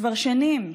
כבר שנים,